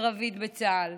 קרבית בצה"ל.